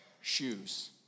shoes